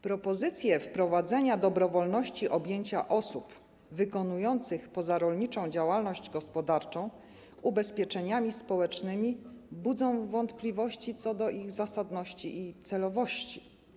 Propozycje wprowadzenia dobrowolności objęcia osób wykonujących pozarolniczą działalność gospodarczą ubezpieczeniami społecznymi budzą wątpliwości co do ich zasadności i celowości.